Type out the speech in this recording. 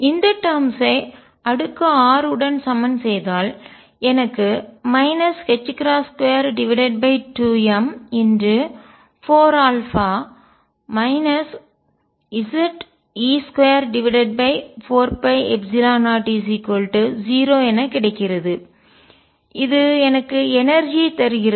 இந்த டேர்ம்ஸ் ஐ அடுக்கு r உடன் சமன் செய்தால் எனக்கு 22m4α Ze24π00 என கிடைக்கிறது இது எனக்கு எனர்ஜி ஐ ஆற்றல் தருகிறது